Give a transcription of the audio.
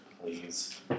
please